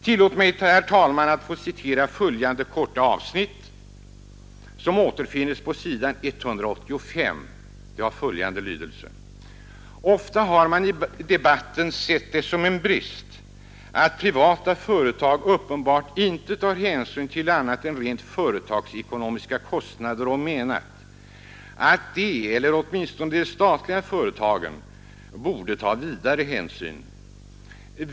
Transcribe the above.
Tillåt mig, herr talman, att citera följande korta avsnitt som återfinns på s. 158: ”Ofta har man i debatten ——— sett det som en brist att privata företag uppenbart inte tar hänsyn till annat än de rent företagsekonomiska kostnaderna och menat, att de — eller åtminstone de statliga företagen — borde ta vidare hänsyn.